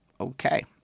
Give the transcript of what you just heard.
okay